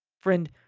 Friend